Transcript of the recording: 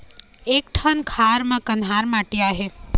एक ठन खार म कन्हार माटी आहे?